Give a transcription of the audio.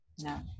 no